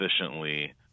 efficiently